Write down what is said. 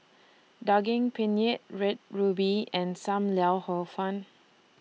Daging Penyet Red Ruby and SAM Lau Hor Fun